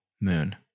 moon